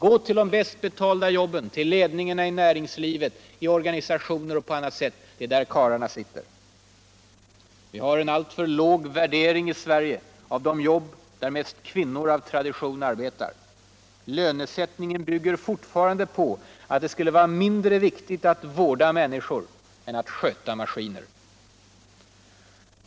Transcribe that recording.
Gå ull de bäst betalda jobben eller tll ledningarna i näringslivet, I organisationer osv.! Det är där karlarna sitier. Vi har en alltför läg värdering av de jobb där mest kvinnior av tradition arbetar. Cönesättningen bygger fortfarande på att det skulle vara mindre viktigt att vårda människor än alt sköta maskiner.